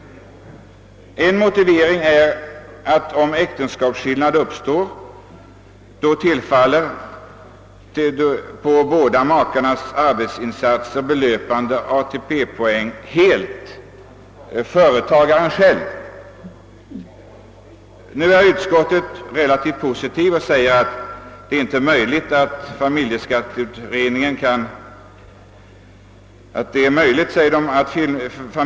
En motivering härför är den att vid äktenskapsskillnad tillfaller på båda makarnas arbetsinsatser belöpande ATP-poäng företagaren själv. I det fallet har utskottet skrivit relativt positivt och framhållit att det är möjligt att familjeskatteberedningen kan finna en form för detta.